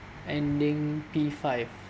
ending P five